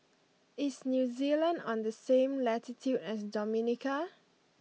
is New Zealand on the same latitude as Dominica